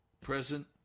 present